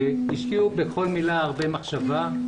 השקיעו בכל מילה הרבה מחשבה.